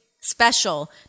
special